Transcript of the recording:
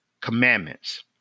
commandments